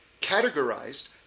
categorized